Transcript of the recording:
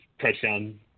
touchdown